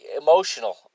emotional